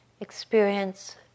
Experience